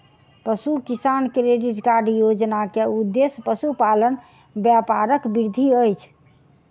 पशु किसान credit card योजना के उद्देश्य पशुपालन व्यापारक वृद्धि अछि